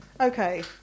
Okay